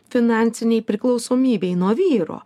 finansinei priklausomybei nuo vyro